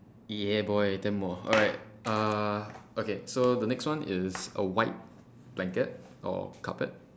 yeah boy ten more alright(uh) okay so the next one is a white blanket or carpet